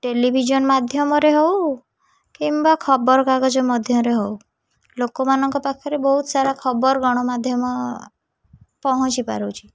television ମାଧ୍ୟମରେ ହଉ କିମ୍ବା ଖବରକାଗଜ ମଧ୍ୟରେ ହଉ ଲୋକମାନଙ୍କ ପାଖରେ ବହୁତସାରା ଖବର ଗଣମାଧ୍ୟମ ପହଞ୍ଚି ପାରୁଛି